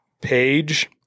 page